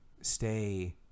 stay